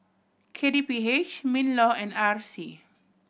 K T P H MinLaw and R C